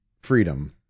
freedom